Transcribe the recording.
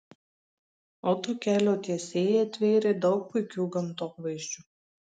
autokelio tiesėjai atvėrė daug puikių gamtovaizdžių